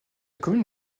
commune